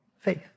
faith